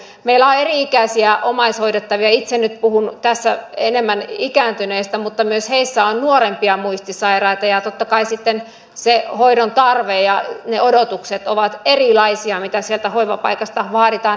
meillä on eri ikäisiä omaishoidettavia itse nyt puhun tässä enemmän ikääntyneistä mutta myös heissä on nuorempia muistisairaita ja totta kai sitten se hoidon tarve ja ne odotukset ovat erilaisia mitä sieltä hoivapaikasta vaaditaan